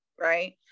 right